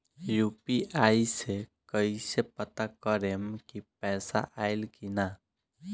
UPI से कईसे पता करेम की पैसा आइल की ना?